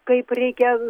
kaip reikia